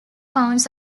pounds